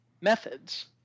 methods